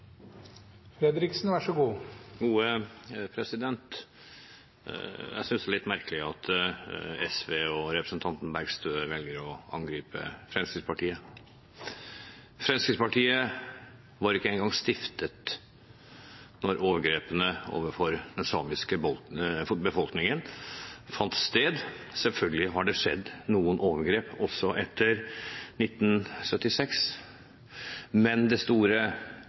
litt merkelig at SV og representanten Bergstø velger å angripe Fremskrittspartiet. Fremskrittspartiet var ikke engang stiftet da overgrepene mot den samiske befolkningen fant sted. Selvfølgelig har det skjedd noen overgrep også etter 1976, men det store